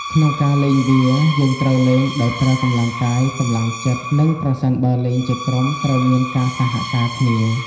ក្នុងការលេងវា យើងត្រូវលេងដោយប្រើកម្លាំងកាយ កម្លាំងចិត្ត និងប្រសិនបើលេងជាក្រុមត្រូវមានការសហការគ្នា។